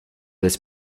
this